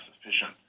sufficient